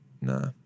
Nah